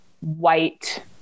white